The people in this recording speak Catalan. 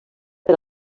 per